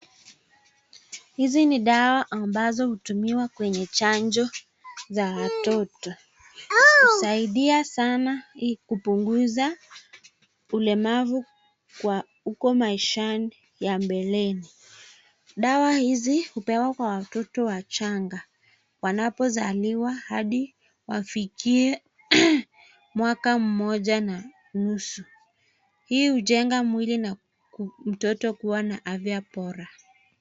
Hizi ni dawa ambazo hutumiwa kwenye chanjo za watoto husaidia sana ili kupunguza ulemavu huko maishani ya mbeleni. Dawa hizi hupewa kwa watoto wachanga wanapozaliwa hadi wafikie mwaka moja na nusu. Hii hujenga mwili na mtoto kuwa na afya bora.